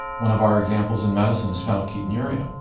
one of our examples in medicine is phenylketonuria,